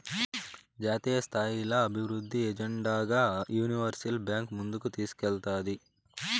జాతీయస్థాయిల అభివృద్ధి ఎజెండాగా యూనివర్సల్ బాంక్ ముందుకు తీస్కేల్తాది